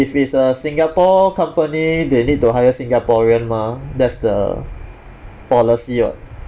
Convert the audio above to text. if it's a singapore company they need to hire singaporean mah that's the policy [what]